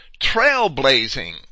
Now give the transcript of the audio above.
trailblazing